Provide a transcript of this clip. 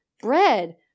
bread